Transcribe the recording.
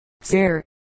sir